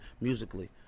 musically